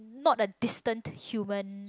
not the distant human